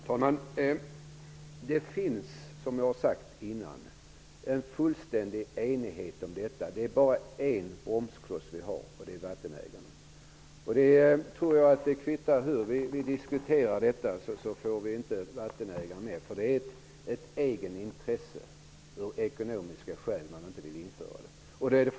Herr talman! Det finns som jag har sagt tidigare en fullständig enighet om detta. Det finns bara en bromskloss, och det är vattenägarna. Jag tror att det kvittar hur vi diskuterar detta -- vi får ändå inte vattenägarna med oss. Det är fråga om ett egenintresse, att de av ekonomiska skäl inte vill införa fiskevårdsavgifter.